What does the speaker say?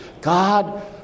God